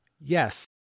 Yes